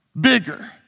bigger